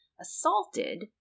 assaulted